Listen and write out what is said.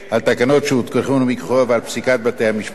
על התקנות שהותקנו מכוחו ועל פסיקת בתי-המשפט.